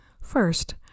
First